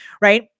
right